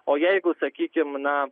o jeigu sakykim na